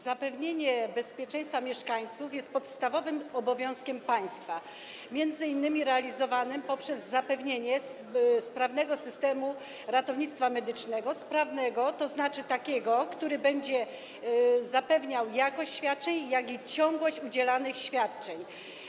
Zapewnienie bezpieczeństwa mieszkańcom jest podstawowym obowiązkiem państwa, m.in. realizowanym poprzez zapewnienie sprawnego systemu ratownictwa medycznego - sprawnego, tzn. takiego, który będzie zapewniał zarówno jakość, jak i ciągłość udzielanych świadczeń.